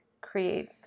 create